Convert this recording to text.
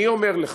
אני אומר לך: